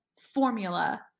formula